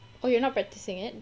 oh you're not practising it